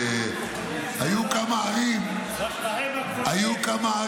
היו כמה ערים, בשטחים הכבושים.